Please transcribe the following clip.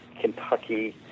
Kentucky